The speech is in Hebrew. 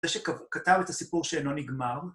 ‫זה שכתב את הסיפור שאינו נגמר.